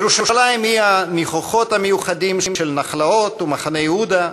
ירושלים היא הניחוחות המיוחדים של נחלאות ומחנה-יהודה,